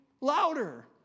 louder